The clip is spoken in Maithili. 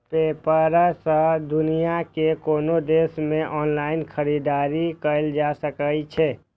पेपल सं दुनिया के कोनो देश मे ऑनलाइन खरीदारी कैल जा सकै छै